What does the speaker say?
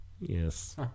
Yes